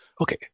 Okay